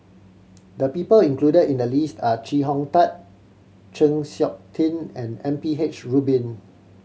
the people included in the list are Chee Hong Tat Chng Seok Tin and M P H Rubin